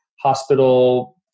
hospital